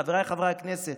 חבריי חברי הכנסת,